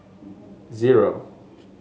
zero